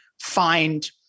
find